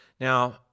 Now